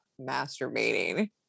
masturbating